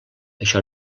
això